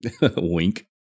wink